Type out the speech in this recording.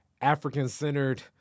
African-centered